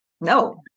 No